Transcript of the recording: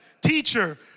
Teacher